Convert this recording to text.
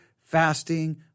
fasting